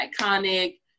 iconic